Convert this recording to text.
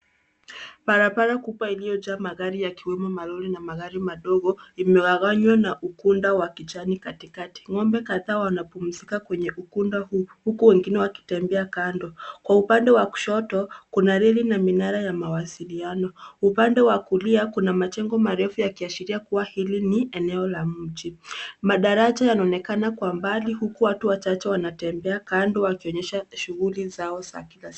Barabara kubwa iliyojaa magari yakiwemo malori na magari madogo, imegawanywa na ukunda wa kijani katikati. Ng'ombe kadhaa wanapumzika kwenye ukunda huu, huku wengine wakitembea kando. Kwa upande wa kushoto, kuna reli na minara ya mawasiliano. Kwa upande wa kulia, kuna majengo marefu yakiashiria kuwa hili ni ,eneo la mji. Madaraja yanaonekana kwa mbali huku watu wachache wanatembea kando wakionyesha shughuli zao za kila siku.